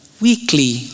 weekly